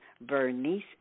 Bernice